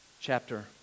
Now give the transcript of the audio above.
chapter